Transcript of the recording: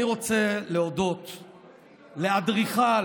אני רוצה להודות לאדריכל,